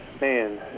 Man